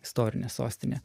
istorinė sostinė